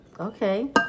Okay